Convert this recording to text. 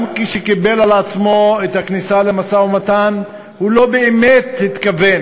גם כשקיבל על עצמו את הכניסה למשא-ומתן הוא לא באמת התכוון.